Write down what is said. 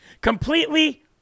completely